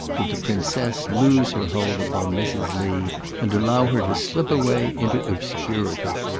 did the princess loose her hold upon mrs. lee and allow her to slip away into obscurity.